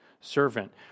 servant